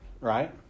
right